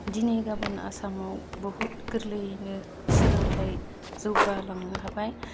दिनै गाबोन आसामाव बहुद गोरलैयैनो सोलोंथाइ जौगालांनो हाबाय